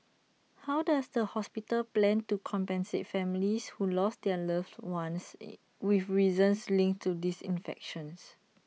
how does the hospital plan to compensate families who lost their loved ones with reasons linked to this infection